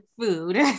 food